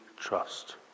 trust